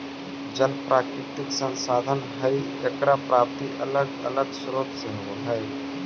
जल प्राकृतिक संसाधन हई एकर प्राप्ति अलग अलग स्रोत से होवऽ हई